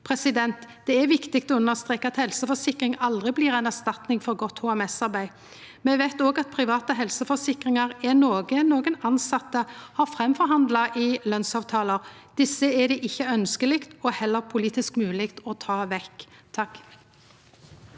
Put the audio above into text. mål. Det er viktig å understreka at helseforsikring aldri blir ei erstatning for godt HMS-arbeid. Me veit òg at private helseforsikringar er noko nokre tilsette har framforhandla i lønsavtalar. Desse er det ikkje ønskjeleg, og heller ikkje politisk mogleg, å ta vekk. Tone